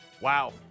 Wow